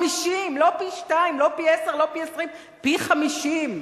50, לא פי-2 לא פי-10, לא פי-20, פי-50.